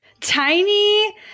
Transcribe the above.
Tiny